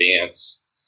dance